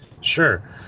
Sure